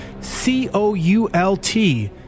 C-O-U-L-T